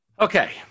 Okay